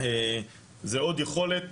זה עוד יכולת